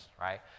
right